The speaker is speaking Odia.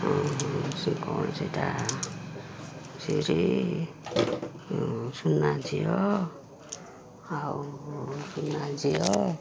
ଆଉ କ'ଣ ସେଟା ସିରି ସୁନାଝିଅ ଆଉ ସୁନାଝିଅ